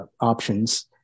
options